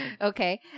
Okay